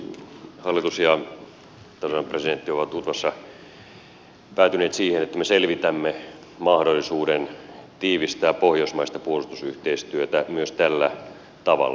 hallitus ja tasavallan presidentti ovat utvassa päätyneet siihen että me selvitämme mahdollisuuden tiivistää pohjoismaista puolustusyhteistyötä myös tällä tavalla